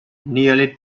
nearly